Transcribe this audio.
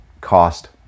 cost